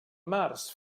març